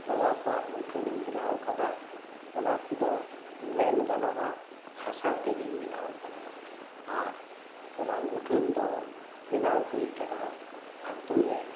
ᱵᱚᱸᱜᱟ ᱠᱚᱣᱟᱜ ᱢᱩᱴᱷᱟᱹᱱᱤᱧ ᱵᱮᱱᱟᱣ ᱟᱠᱟᱫᱟ ᱚᱱᱟ ᱠᱚᱫᱚ ᱢᱮᱱ ᱜᱟᱱᱚᱜᱼᱟ ᱦᱟᱥᱟ ᱛᱮᱜᱮᱧ ᱵᱮᱱᱟᱣ ᱟᱠᱟᱫᱟ ᱟᱨ ᱚᱱᱟ ᱢᱩᱴᱷᱟᱹᱱ ᱫᱚ ᱵᱮᱱᱟᱣ ᱦᱳᱭ ᱟᱠᱟᱱᱟ ᱟᱹᱛᱩ ᱨᱮᱱ